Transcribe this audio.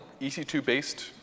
EC2-based